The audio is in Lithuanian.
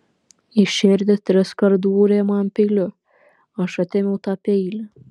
į širdį triskart dūrė man peiliu aš atėmiau tą peilį